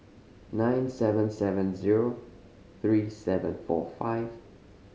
nine seven seven zero three seven four five